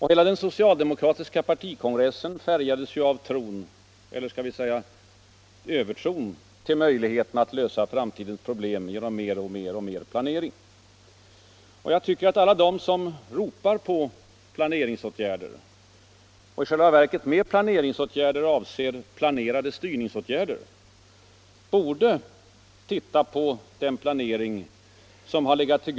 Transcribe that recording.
Hela den socialdemokratiska partikongressen färgades ju av tron — eller skall vi säga övertron — på möjligheterna att lösa framtidens problem genom mer och mer planering. Jag tycker att alla de som ropar på planeringsåtgärder — och i själva verket med planeringsåtgärder avser planerade styrningsåtgärder — borde titta på den planering som har legat till.